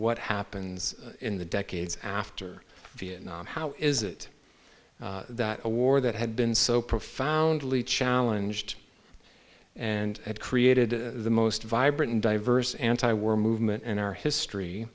what happens in the decades after vietnam how is it that a war that had been so profoundly challenge to and that created the most vibrant and diverse anti war movement in our history